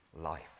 life